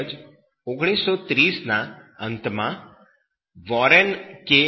તેમજ 1930 ના અંતમાં વોરેન કે